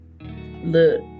look